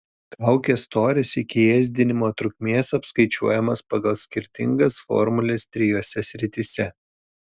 kaukės storis iki ėsdinimo trukmės apskaičiuojamas pagal skirtingas formules trijose srityse